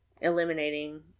eliminating